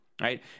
right